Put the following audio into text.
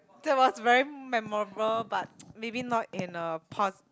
that was very memorable but maybe not in a pos~